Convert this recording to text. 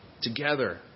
together